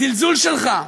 הזלזול שלך.